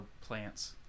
plants